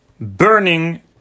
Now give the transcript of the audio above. burning